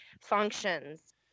functions